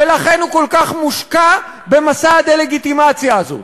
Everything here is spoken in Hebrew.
ולכן הוא כל כך מושקע במסע הדה-לגיטימציה הזה.